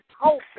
hope